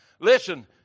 Listen